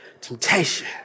temptation